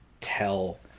tell